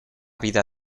vida